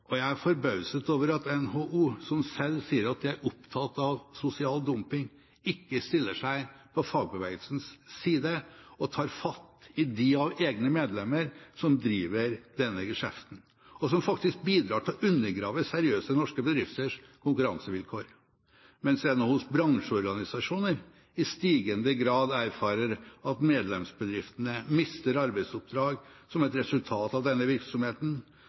og jeg er forbauset over at NHO, som selv sier at de er opptatt av sosial dumping, ikke stiller seg på fagbevegelsens side og tar fatt i dem av egne medlemmer som driver denne geskjeften, og som faktisk bidrar til å undergrave seriøse norske bedrifters konkurransevilkår. Mens NHOs bransjeorganisasjoner i stigende grad erfarer at medlemsbedriftene mister arbeidsoppdrag som et resultat av denne virksomheten,